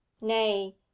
nay